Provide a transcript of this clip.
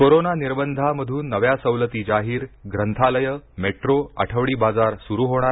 कोरोनानिर्बंधांमधून नव्या सवलती जाहीर ग्रंथालयं मेट्रो आठवडी बाजार सुरू होणार